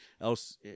else